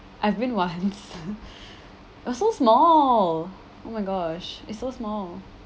I've been once it was so small oh my gosh it was so small